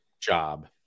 job